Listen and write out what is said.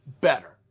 better